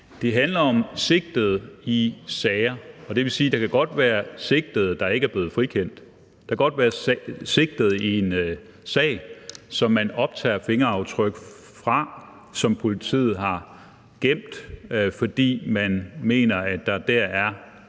Det handler om sigtede i sager, og det vil sige, at der godt kan være sigtede, at der ikke er blevet frikendt; der kan godt være tale om sigtede i en sag, som man har optaget fingeraftryk fra, som politiet har gemt, fordi man mener, at der der er